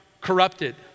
corrupted